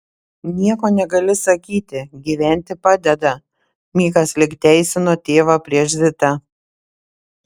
nieko negali sakyti gyventi padeda mikas lyg teisino tėvą prieš zitą